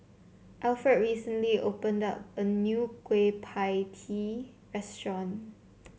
Alfred recently opened a new Kueh Pie Tee restaurant